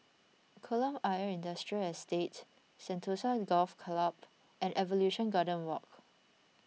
Kolam Ayer Industrial Estate Sentosa Golf Club and Evolution Garden Walk